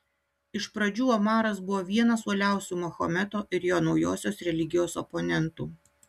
iš pradžių omaras buvo vienas uoliausių mahometo ir jo naujosios religijos oponentų